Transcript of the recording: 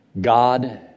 God